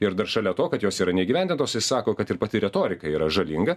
ir dar šalia to kad jos yra neįgyvendintos jis sako kad ir pati retorika yra žalinga